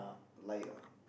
liar